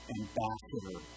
ambassador